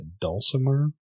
dulcimer